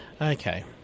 Okay